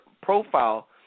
profile